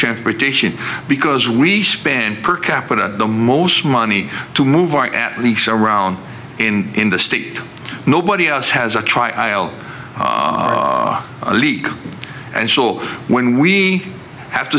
transportation because we spend per capita the most money to move or at least around in in the state nobody else has a trial leak and still when we have to